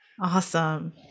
Awesome